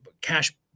cash